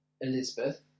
Elizabeth